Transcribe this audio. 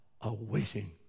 awaiting